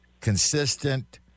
consistent